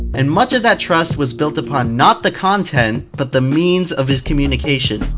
and much of that trust was built upon not the content, but the means of its communication.